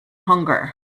hunger